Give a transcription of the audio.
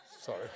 Sorry